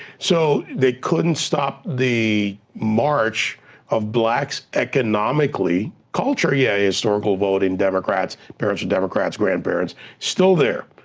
so, they couldn't stop the march of blacks economically. culture, yeah, historical voting, democrats, parents were democrats, grandparents, still there,